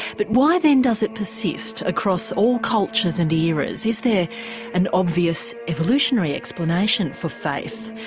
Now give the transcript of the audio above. but why then does it persist across all cultures and eras? is there an obvious evolutionary explanation for faith?